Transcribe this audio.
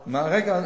רגע.